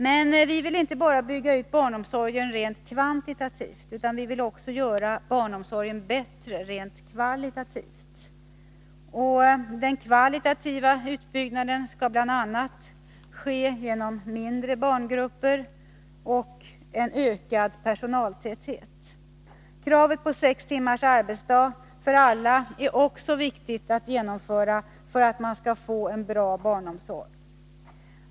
Men vi vill inte bara bygga ut barnomsorgen rent kvantitativt utan vill också göra barnomsorgen kvalitativt bättre. Den kvalitativa utbyggnaden skall bl.a. ske genom mindre barngrupper och ökad personaltäthet. Kravet på sex timmars arbetsdag för alla är också viktigt att genomföra för att man skall få en bra barnomsorg.